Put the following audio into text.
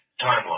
timeline